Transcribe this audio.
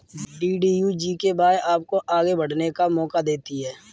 DDU GKY आपको आगे बढ़ने का मौका देती है